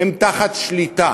הם תחת שליטה.